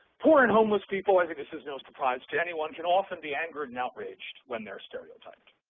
poor and homeless people, as this is no surprise to anyone, can often be angered and outraged when they're stereotyped.